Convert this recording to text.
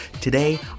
Today